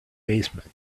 basement